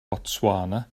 botswana